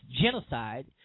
genocide